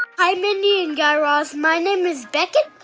hi, mindy and guy raz. my name is beckett.